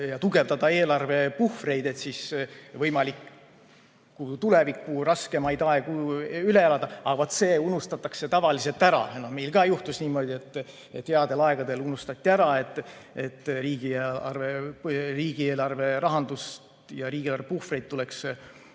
ja tugevdada eelarvepuhvreid, et võimalikke raskemaid aegu tulevikus üle elada. Aga see unustatakse tavaliselt ära. Meil ka juhtus niimoodi, et headel aegadel unustati ära, et riigi rahandust ja riigieelarve puhvreid tuleks